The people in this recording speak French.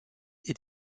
est